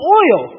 oil